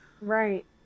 Right